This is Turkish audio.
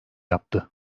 yaptı